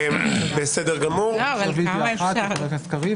הרביזיה של קריב